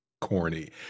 corny